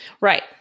Right